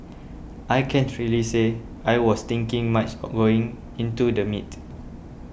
I can't really say I was thinking much going into the meet